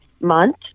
month